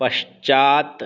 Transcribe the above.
पश्चात्